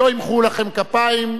לא ימחאו לכם כפיים.